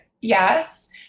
Yes